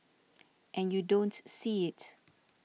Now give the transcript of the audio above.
and you don't see it